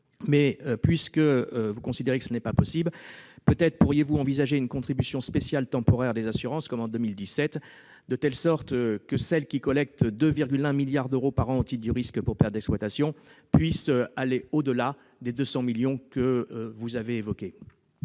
étant, puisque vous considérez que ce n'est pas possible, peut-être pourriez-vous envisager une contribution spéciale temporaire des compagnies d'assurance, comme en 2017, de telle sorte que celles qui collectent 2,1 milliards d'euros par an au titre de la couverture du risque de perte d'exploitation aillent au-delà des 200 millions d'euros que vous avez évoqués.